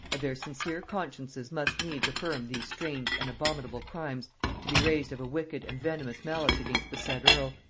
of their sincere consciences must needs affirm these strange and abominable crimes to be raised of a wicked and venomous malice against the said earl,